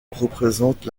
représente